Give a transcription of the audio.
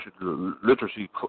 literacy